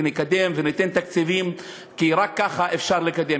ונקדם וניתן תקציבים כי רק ככה אפשר לקדם.